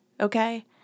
okay